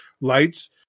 lights